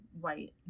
white